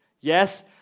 Yes